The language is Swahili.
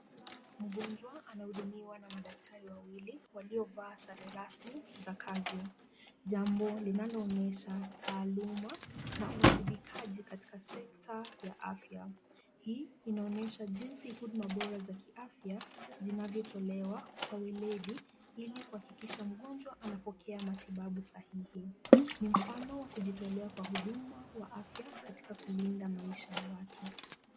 Mgonjwa anahudumiwa na madaktari wawili waliovaa sare rasmi za kazi, jambo linaloonyesha taaluma na uwajibikaji katika sekta ya afya. Hii inaonyesha jinsi huduma bora za kiafya zinavyotolewa kwa weledi ili kuhakikisha mgonjwa anapokea matibabu sahihi. Ni mfano wa kujitolea kwa huduma wa afya katika kulinda maisha ya watu.